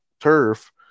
turf